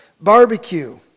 barbecue